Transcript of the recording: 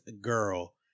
girl